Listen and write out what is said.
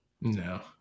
No